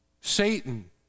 Satan